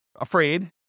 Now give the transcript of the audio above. afraid